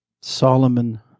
Solomon